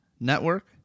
network